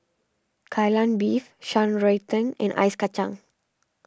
Kai Lan Beef Shan Rui Tang and Ice Kachang